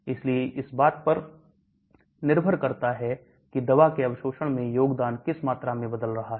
इसलिए इस बात पर निर्भर करता है कि दवा के अवशोषण में योगदान किस मात्रा में बदल सकता है